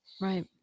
Right